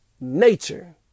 nature